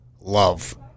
love